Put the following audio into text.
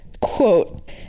quote